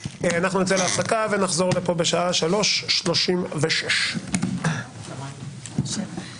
(הישיבה נפסקה בשעה 15:32 ונתחדשה בשעה 15:37.) אני מחדש את